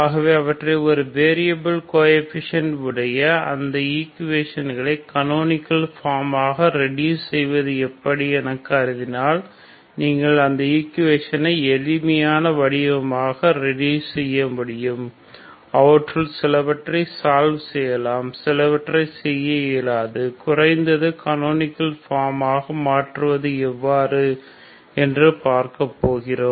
ஆகவே அவற்றை ஒரு வேரியபில் கோஎஃபீஷியன்ட் உடைய அந்த ஈக்குவேசன்களை கனோனிகள் ஃபார்ம் ஆக ரெடூஸ் செய்வது எப்படி என கருதினால் நீங்கள் அந்த ஈக்குவேஷனை எளிமையான வடிவமாக ரெடூஸ் செய்ய முடியும் அவற்றுள் சிலவற்றை சால்வ் செய்யலாம் சிலவற்றை செய்ய இயலாது குறைந்தது கனோனிகள் ஃபார்ம் ஆக மாற்றுவது எவ்வாறு என்று பார்க்கப் போகிறோம்